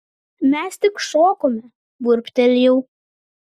mes tik šokome burbtelėjau